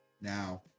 now